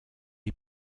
est